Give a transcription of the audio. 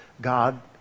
God